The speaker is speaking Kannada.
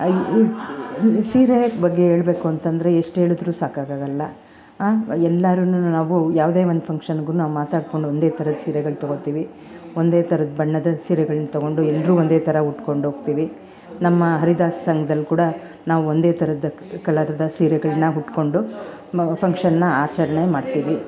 ಇದು ಸೀರೆ ಬಗ್ಗೆ ಹೇಳಬೇಕು ಅಂತಂದರೆ ಎಷ್ಟು ಹೇಳಿದರೂ ಸಾಕಾಗಲ್ಲ ಎಲ್ಲರುನು ನಾವು ಯಾವುದೇ ಒಂದು ಫಂಕ್ಷನ್ಗೂ ನಾವು ಮಾತಾಡ್ಕೊಂಡು ಒಂದೇ ಥರದ ಸೀರೆಗಳು ತಗೋತೀವಿ ಒಂದೇ ಥರದ ಬಣ್ಣದ ಸೀರೆಗಳನ್ನು ತಗೊಂಡು ಎಲ್ಲರೂ ಒಂದೇ ಥರ ಉಟ್ಕೊಂಡೋಗ್ತೀವಿ ನಮ್ಮ ಹರಿದಾಸ್ ಸಂಘ್ದಲ್ಲಿ ಕೂಡ ನಾವು ಒಂದೇ ಥರದ ಕಲರದ ಸೀರೆಗಳನ್ನ ಉಟ್ಕೊಂಡು ಫಂಕ್ಷನನ್ನ ಆಚರಣೆ ಮಾಡ್ತೀವಿ